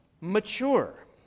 mature